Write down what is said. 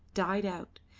died out,